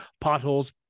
potholes